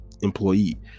employee